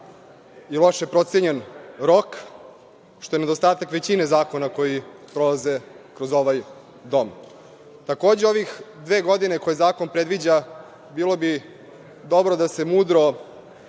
i loše procenjen rok, što je nedostatak većine zakona koji prolaze kroz ovaj Dom. Takođe, ove dve godine koje zakon predviđa bilo bi dobro da se mudro